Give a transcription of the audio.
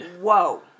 Whoa